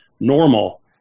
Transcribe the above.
normal